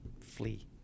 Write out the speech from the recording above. Flee